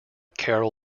carol